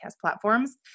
platforms